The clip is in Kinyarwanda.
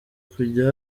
kujya